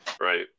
Right